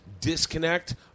disconnect